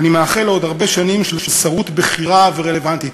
ואני מאחל לו עוד הרבה שנים של שרות בכירה ורלוונטית.